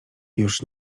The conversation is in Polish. już